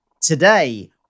Today